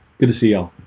good to see you